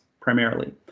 primarily